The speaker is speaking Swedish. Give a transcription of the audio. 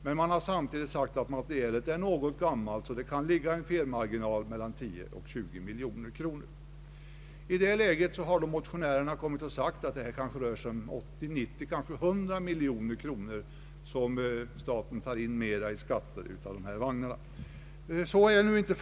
Det har samtidigt påpekats att materialet är något gammalt och att det kan vara en felmarginal på 10 å 20 miljoner kronor. Motionärerna å sin sida säger att det rör sig om 80, 90, ja 100 miljoner kronor som staten tar in mer i skatter på dessa vagnar. Detta är inte riktigt.